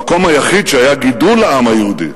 המקום היחיד שהיה בו גידול לעם היהודי